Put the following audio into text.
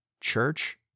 Church